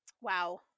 Wow